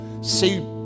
see